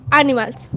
animals